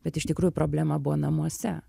bet iš tikrųjų problema buvo namuose